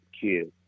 Kids